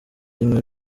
rimwe